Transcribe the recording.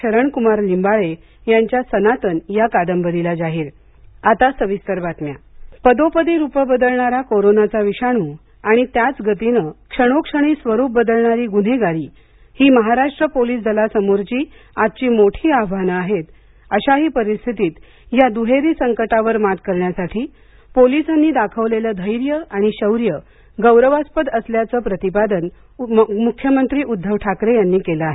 शरणकुमार लिंबाळे यांच्या सनातन या कादंबरीला जाहीर पोलीस दीक्षांत संचलन समारंभ पदोपदी रूपं बदलणारा कोरोनाचा विषाणू आणि त्याच गतीनं क्षणोक्षणी स्वरूप बदलणारी ग्न्हेगारी ही महाराष्ट्र पोलीस दलासमोरची आजची मोठी आव्हाने आहेत अशाही परिस्थितीत या दुहेरी संकटावर मात करण्यासाठी पोलिसांनी दाखवलेलं धैर्य आणि शौर्य गौरवास्पद असल्याचं प्रतिपादन मुख्यमंत्री उद्धव ठाकरे यांनी केलं आहे